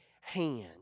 hand